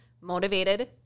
motivated